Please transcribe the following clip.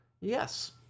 Yes